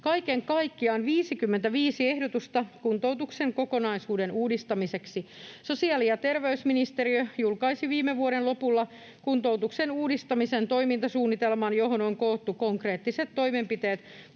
kaiken kaikkiaan 55 ehdotusta kuntoutuksen kokonaisuuden uudistamiseksi. Sosiaali- ja terveysministeriö julkaisi viime vuoden lopulla kuntoutuksen uudistamisen toimintasuunnitelman, johon on koottu konkreettiset toimenpiteet